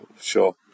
sure